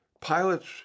pilots